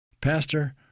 Pastor